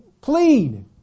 plead